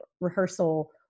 rehearsal